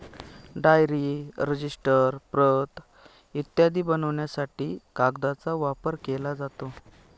diary, register, प्रत इत्यादी बनवण्यासाठी कागदाचा वापर केला जातो